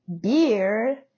beer